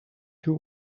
two